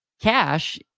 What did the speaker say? cash